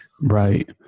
Right